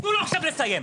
תנו לו עכשיו לסיים.